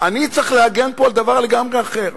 אני צריך להגן פה על דבר לגמרי אחר.